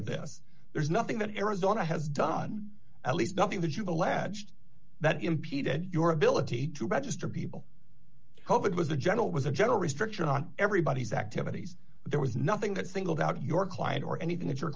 of this there's nothing that arizona has done at least nothing that you the latched that impeded your ability to register people cope it was a general was a general restriction on everybody's activities there was nothing that singled out your client or anything that you